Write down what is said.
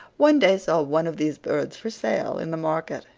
one day saw one of these birds for sale in the market,